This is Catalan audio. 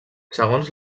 segons